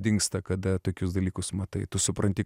dingsta kada tokius dalykus matai tu supranti